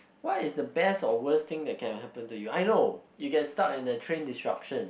what is the best or worst thing that can happen to you I know you get stuck in the train disruption